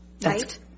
Right